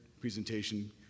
presentation